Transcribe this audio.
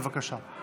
בבקשה.